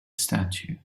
statue